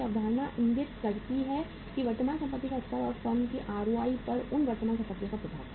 यह अवधारणा इंगित करती है कि वर्तमान संपत्ति का स्तर और फर्म की आरओआई पर उन वर्तमान परिसंपत्तियों का प्रभाव